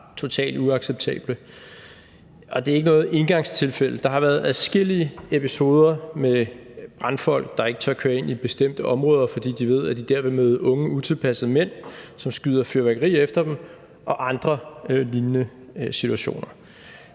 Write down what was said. det er ikke noget engangstilfælde. Der har været adskillige episoder med brandfolk, der ikke har turdet køre ind i bestemte områder, fordi de ved, at de der vil møde unge utilpassede mænd, som skyder fyrværkeri af efter dem, og andre lignende situationer.